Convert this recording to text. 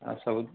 ଆଉ ସବୁ